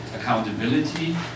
accountability